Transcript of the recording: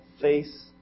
face